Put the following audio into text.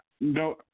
No